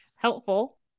helpful